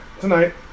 Tonight